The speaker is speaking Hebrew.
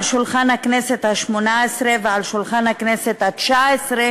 שולחן הכנסת השמונה-עשרה ועל שולחן הכנסת התשע-עשרה